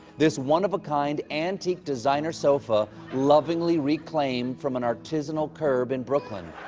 this one of a kind antique designer sofa lovingly reclaimed from an artisinal curb in brooklyn.